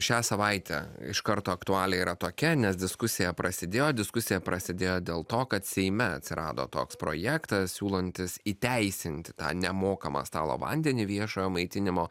šią savaitę iš karto aktualija yra tokia nes diskusija prasidėjo diskusija prasidėjo dėl to kad seime atsirado toks projektas siūlantis įteisinti tą nemokamą stalo vandenį viešojo maitinimo